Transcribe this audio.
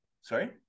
Sorry